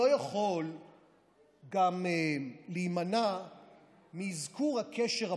ואני לא יכול גם להימנע מאזכור הקשר הפוליטי.